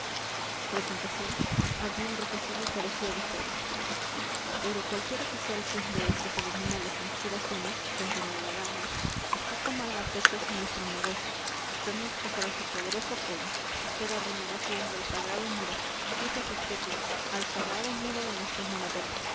presentación había enrojecido y parecía de fuego pero cualquiera que sea el fin de estas abominables conspiraciones continuó la dama vd tomará a pechos nuestro negocio usted nos prestará su poderoso apoyo vd arrimará su hombro al sagrado muro fíjese vd bien al sagrado muro de nuestra moratoria